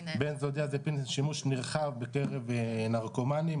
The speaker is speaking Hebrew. שימוש נרחב בקרב נרקומנים,